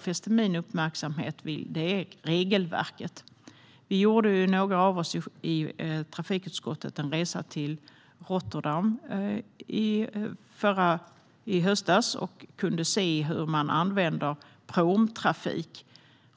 fäste min uppmärksamhet vid är regelverket. Några av oss i trafikutskottet gjorde i höstas en resa till Rotterdam, där vi kunde se hur man använder pråmtrafik.